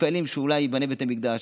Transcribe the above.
שמתפללים שאולי ייבנה בית המקדש,